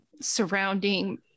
surrounding